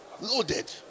Loaded